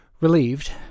relieved